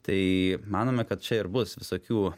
tai manome kad čia ir bus visokių